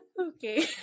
Okay